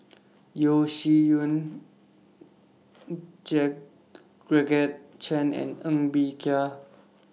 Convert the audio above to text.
Yeo Shih Yun Georgette Chen and Ng Bee Kia